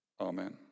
Amen